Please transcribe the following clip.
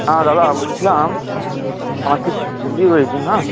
হ্যাঁ দাদা বলছিলাম আমার কিছু সবজি রয়েছে হ্যাঁ